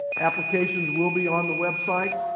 applications will be on the web site,